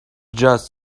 just